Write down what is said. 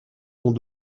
ont